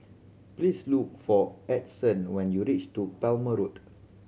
please look for Edson when you reach to Palmer Road